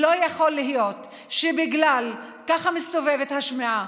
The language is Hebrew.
לא יכול להיות שבגלל, ככה מסתובבת השמועה,